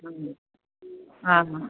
आं